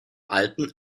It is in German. alten